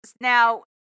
Now